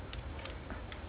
damn idiot lah